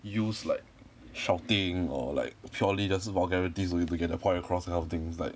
use like shouting or like purely just use vulgarities to to get the point across that kind of things like